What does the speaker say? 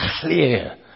clear